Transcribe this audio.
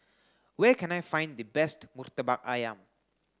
where can I find the best Murtabak Ayam